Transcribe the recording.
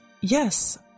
Yes